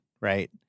right